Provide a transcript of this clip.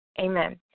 Amen